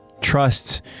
trust